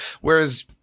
Whereas